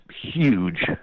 huge